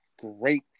great